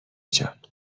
جان